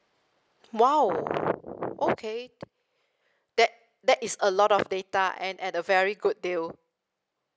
!wow! okay that that is a lot of data and at a very good deal